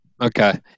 Okay